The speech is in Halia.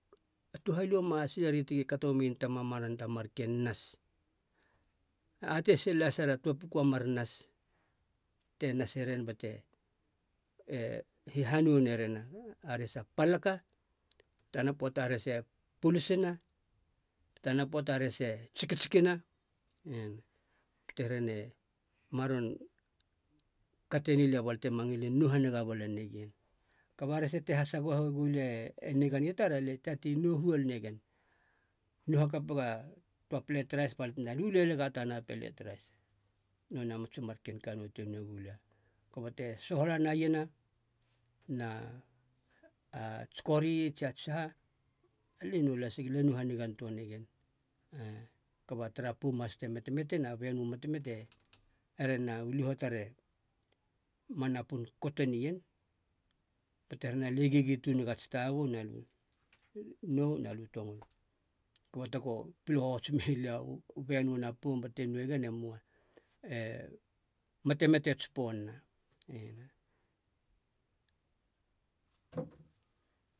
A touhaliou ma atei sileri gi kato meien ta mamana ta marken nas. Atei sil laser a toa puku a mar nas te naseren bate e hiha nou naren, a rese a palaka, tana poata a rese e pulusuna, tana poata a rese tsikitsikina ena bate here ne maron kate nei lia balia tema ngilin nou haniga bala nagen. Kaba rese te hasagoheg e niga ni tar, alia e tatei nou huol negen, nou hakapega a toa pellet rais balia tena lu leliga tana pelete rais. Nonei a matsi marken kann nou te nou gulia, kaba te sohalana iena na a tsi kori tsia tsiha, alie nou lasig alia e nou hanigan toa negen. Kaba tara poum has te metemetena, benu metemete, here na u liho tare ma napun kote nien bate here na lie gigi tunegu ats tabubu na liu nou na liu tongolo, kaba tego pele hohots meilia u benuna poum balia te nouegen, emoa, e metemete t'spona ena